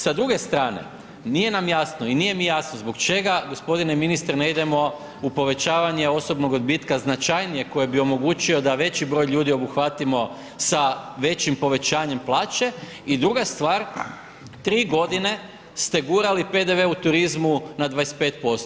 Sa druge strane nije nam jasno i nije mi jasno zbog čega gospodine ministre ne idemo u povećavanje osobnog odbitka značajnije koji bi omogućio da veći broj ljudi obuhvatimo sa većim povećanjem plaće i druga stvar tri godine ste gurali u turizmu na 25%